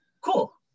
cool